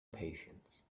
patience